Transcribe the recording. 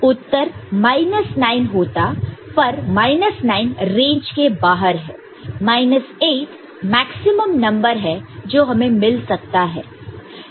उत्तर minus 9 होता पर minus 9 range के बाहर है माइनस 8 मैक्सिमम नंबर जो हमें मिल सकता है